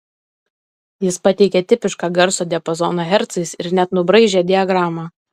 jis pateikė tipišką garso diapazoną hercais ir net nubraižė diagramą